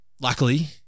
luckily